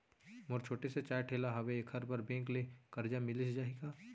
मोर छोटे से चाय ठेला हावे एखर बर बैंक ले करजा मिलिस जाही का?